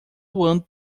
voando